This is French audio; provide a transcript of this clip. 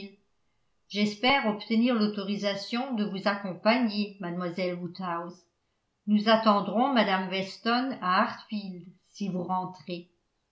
j'espère obtenir l'autorisation de vous accompagner mademoiselle woodhouse nous attendrons mme weston à hartfield si vous rentrez